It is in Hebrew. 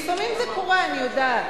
לפעמים זה קורה, אני יודעת.